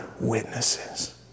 witnesses